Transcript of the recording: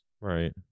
Right